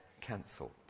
cancelled